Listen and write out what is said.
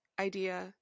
Idea